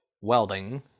welding